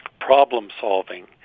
problem-solving